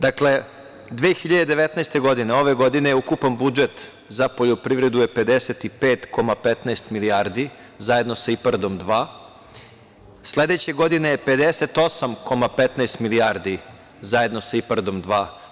Dakle, 2019. godine, ove godine, ukupan budžet za poljoprivredu je 55,15 milijardi zajedno sa IPARD dva, sledeće godine je 58,15 milijardi zajedno sa IPARD dva.